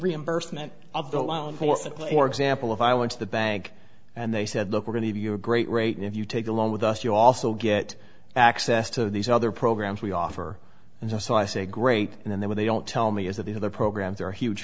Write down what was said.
reimbursement of the loan for example if i went to the bank and they said look we're going to be your great rate and if you take a loan with us you also get access to these other programs we offer and so so i say great and then they were they don't tell me is that these other programs are huge